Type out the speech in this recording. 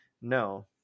No